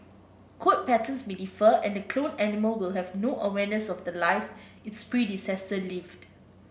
coat patterns may differ and the cloned animal will have no awareness of the life its predecessor lived